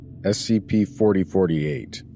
SCP-4048